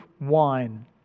wine